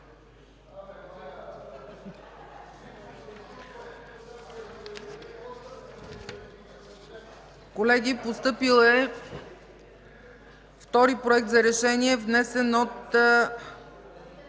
Колеги, постъпил е втори Проект за решение, внесен от